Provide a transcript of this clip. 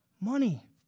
Money